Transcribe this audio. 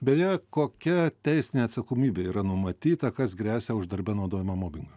beje kokia teisinė atsakomybė yra numatyta kas gresia už darbe naudojamą mobingą